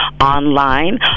Online